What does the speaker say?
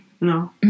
No